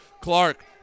Clark